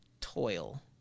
toil